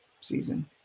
season